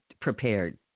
prepared